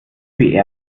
wie